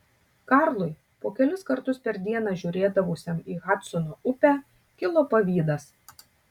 karlui po kelis kartus per dieną žiūrėdavusiam į hadsono upę kilo pavydas